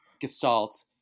gestalt